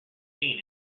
seen